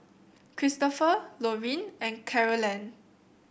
Cristopher Lorean and Carolann